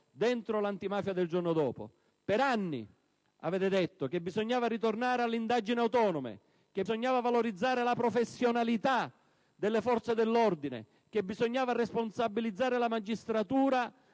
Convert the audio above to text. l'antimafia del giorno dopo. Per anni avete detto che bisognava ritornare alle indagini autonome, che bisognava valorizzare la professionalità delle forze dell'ordine, che bisognava responsabilizzare la magistratura